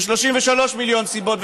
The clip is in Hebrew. ו-33 מיליון סיבות,